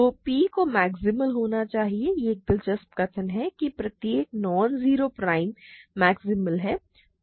तो P को maximal होना चाहिए यह एक दिलचस्प कथन है कि प्रत्येक नॉन जीरो प्राइम मैक्सिमल है